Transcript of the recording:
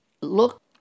Look